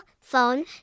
phone